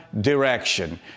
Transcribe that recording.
direction